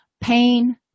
pain